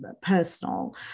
personal